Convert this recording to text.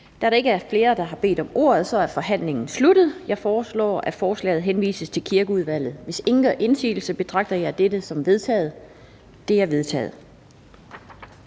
Da der ikke er flere, der har bedt om ordet, er forhandlingen slut. Jeg foreslår, at forslaget henvises til Kirkeudvalget. Hvis ingen gør indsigelse, betragter jeg dette som vedtaget. Det er vedtaget.